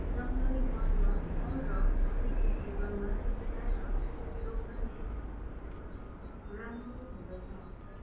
जङ्गली मर व मल र अलिकति बालुवा मिसाएर रोप्नाले राम्रो हुँदछ